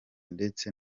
ndetse